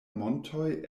montoj